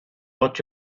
what